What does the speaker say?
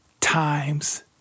times